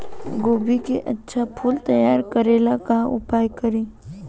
गोभी के अच्छा फूल तैयार करे ला का उपाय करी?